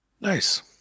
Nice